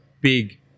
big